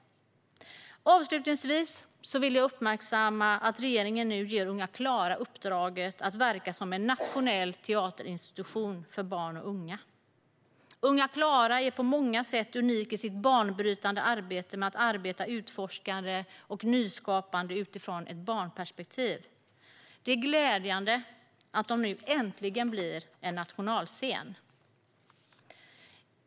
Avslutningsvis vill jag uppmärksamma att regeringen nu ger Unga Klara uppdraget att verka som en nationell teaterinstitution för barn och unga. Unga Klara är på många sätt unik i sitt banbrytande arbete, som är utforskande och nyskapande utifrån ett barnperspektiv. Det är glädjande att Unga Klara nu äntligen blir en nationalscen.